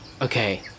Okay